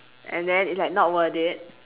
and then it's like not worth it